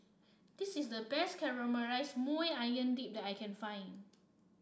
this is the best Caramelized Maui Onion Dip that I can find